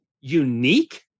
unique